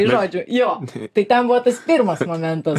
įrodžiau jo tai ten buvo tas pirmas momentas